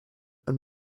and